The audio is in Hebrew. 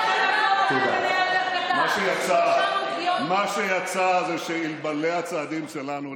מה שיצא זה שאלמלא הצעדים שלנו,